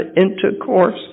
intercourse